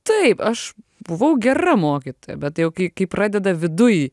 taip aš buvau gera mokytoja bet tai jau kai kai pradeda viduj